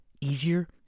easier